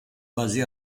basé